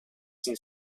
sin